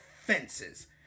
fences